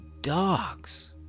dogs